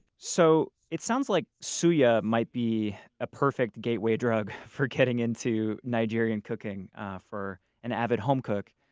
so it sounds like suya might be a perfect gateway drug for getting into nigeria and cooking for an avid home cook.